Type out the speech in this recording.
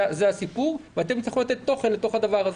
זה הסיפור ואתם תצטרכו לתת תוכן אל תוך הדבר הזה.